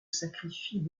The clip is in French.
sacrifient